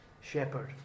shepherd